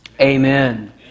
Amen